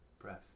Breath